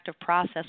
process